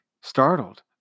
startled